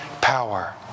power